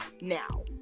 now